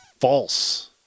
false